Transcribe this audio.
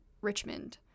Richmond